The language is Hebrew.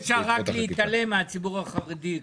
אם אפשר להתעלם מהציבור החרדי.